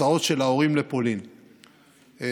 תוצאות ההצבעה: בעד,